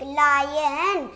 lion